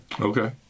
Okay